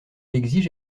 exige